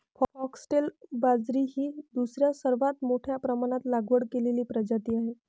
foxtail बाजरी ही दुसरी सर्वात मोठ्या प्रमाणात लागवड केलेली प्रजाती आहे